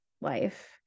life